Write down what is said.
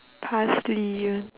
parsley ya